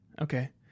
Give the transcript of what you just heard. okay